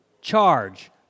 charge